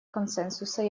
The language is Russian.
консенсуса